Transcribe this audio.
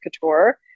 couture